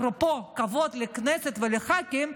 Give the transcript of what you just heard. אפרופו כבוד לכנסת ולח"כים,